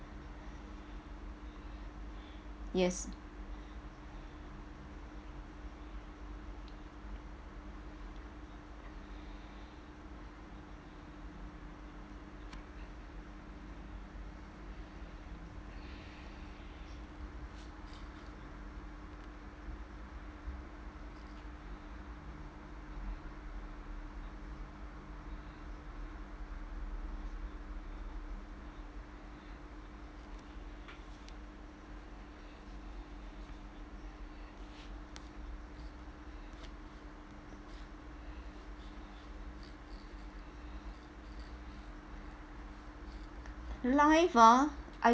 yes life ah I